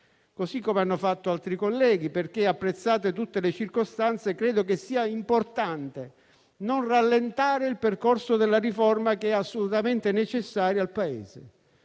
così come hanno fatto altri colleghi, perché, apprezzate tutte le circostanze, credo che sia importante non rallentare il percorso della riforma, che è assolutamente necessaria al Paese.